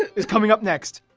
is coming up next!